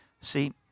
See